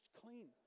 clean